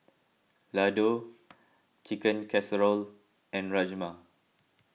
Ladoo Chicken Casserole and Rajma